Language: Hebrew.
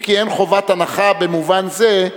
אם כי אין חובת הנחה במובן זה,